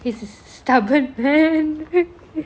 he's stupid stubborn man